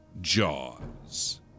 Jaws